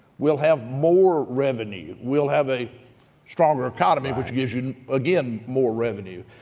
we'll have more revenue. we'll have a stronger economy, which gives you, and again, more revenue.